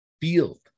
field